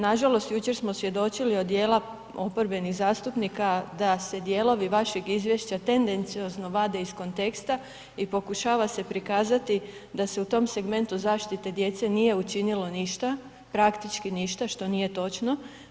Nažalost jučer smo svjedočili od djela oporbenih zastupnika da se dijelovi vašeg izvješća tendenciozno vade iz konteksta i pokušava se prikazati da se u tom segmentu zaštite djece nije učinilo ništa, praktički ništa što nije točno.